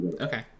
Okay